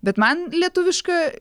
bet man lietuviška